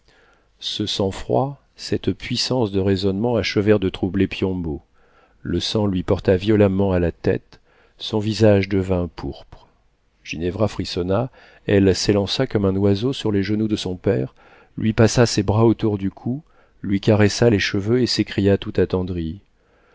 ce sang-froid cette puissance de raisonnement achevèrent de troubler piombo le sang lui porta violemment à la tête son visage devint pourpre ginevra frissonna elle s'élança comme un oiseau sur les genoux de son père lui passa ses bras autour du cou lui caressa les cheveux et s'écria tout attendrie